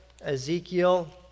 Ezekiel